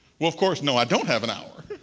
well, of course, no i don't have an hour.